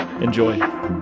Enjoy